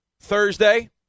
Thursday